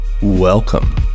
Welcome